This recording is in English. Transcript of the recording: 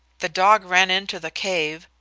the dog ran into the cave,